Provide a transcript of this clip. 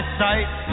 sight